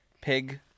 Pig